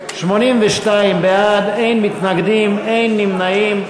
82 בעד, אין מתנגדים, אין נמנעים.